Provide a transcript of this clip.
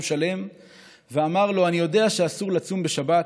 שלם ואמר לו: אני יודע שאסור לצום בשבת,